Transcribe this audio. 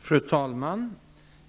Fru talman!